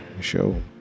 show